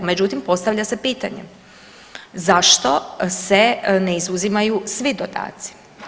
Međutim, postavlja se pitanje zašto se ne izuzimaju svi dodaci?